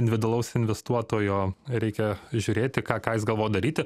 individualaus investuotojo reikia žiūrėti ką ką jis galvoja daryti